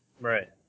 Right